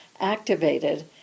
activated